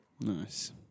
Nice